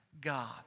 God